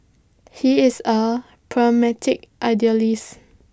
he is A pragmatic idealist